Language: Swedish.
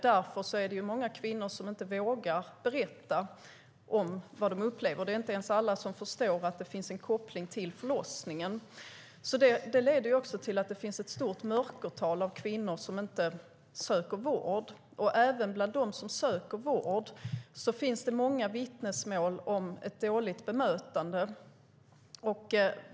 Därför är det många kvinnor som inte vågar berätta om vad de upplever. Det är inte ens alla som förstår att det finns en koppling till förlossningen. Det leder också till att det finns ett stort mörkertal av kvinnor som inte söker vård. Även bland dem som söker vård finns det många vittnesmål om ett dåligt bemötande.